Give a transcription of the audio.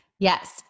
Yes